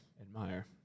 Admire